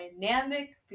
dynamic